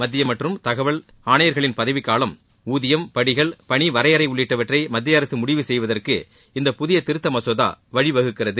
மத்திய மற்றும் மாநில தகவல் ஆணையர்களின் பதவி காலம் ஊதியம் படிகள் பணி வரையறை உள்ளிட்டவற்றை மத்திய அரசு முடிவு செய்தவற்கு இந்த புதிய திருத்த மசோதா வழிவகுக்கிறது